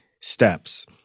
steps